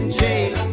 jail